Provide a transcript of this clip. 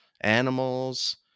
animals